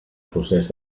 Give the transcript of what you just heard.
procés